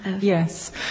Yes